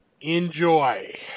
enjoy